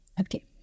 Okay